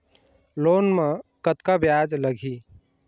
Loan म कतका ब्याज लगही?